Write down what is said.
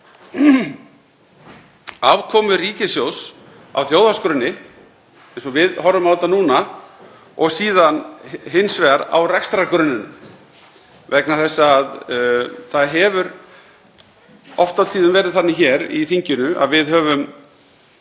afkomu ríkissjóðs á þjóðhagsgrunni, eins og við horfum á þetta núna, og síðan hins vegar á rekstrargrunninum vegna þess að það hefur oft á tíðum verið þannig hér í þinginu að við höfum